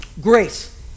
Grace